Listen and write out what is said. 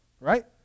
right